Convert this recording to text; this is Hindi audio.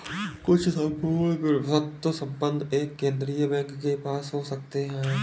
कुछ सम्पूर्ण प्रभुत्व संपन्न एक केंद्रीय बैंक के पास हो सकते हैं